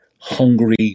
hungry